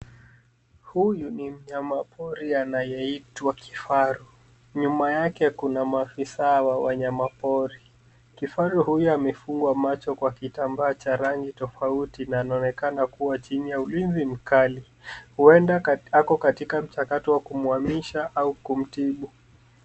Huyu ni mnyama pori anayeitwa kifaru .Nyuma yake kuna maofisaa wa wanyama pori. Kifaru huyu amefungwa macho kwa kitambaa cha rangi tofauti na anaonekana kuwa chini ya ulinzi mkali. Huenda ako katika mchakato wa kumuhamisha au kumtibu.